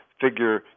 figure